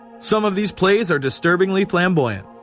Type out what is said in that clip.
some of these plays are disturbingly flamboyant.